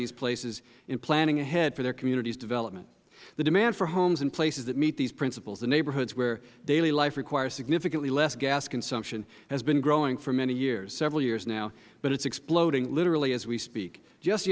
these places in planning ahead for their community's development the demand for homes in places that meet these principles the neighborhoods where daily life requires significantly less gas consumption has been growing for several years now but it is exploding literally as we speak just